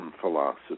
philosophy